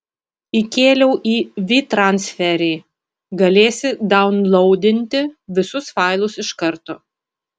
įkėliau į vytransferį galėsi daunlaudinti visus failus iš karto